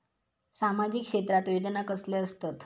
सामाजिक क्षेत्रात योजना कसले असतत?